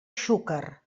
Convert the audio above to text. xúquer